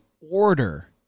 order